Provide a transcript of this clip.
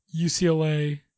UCLA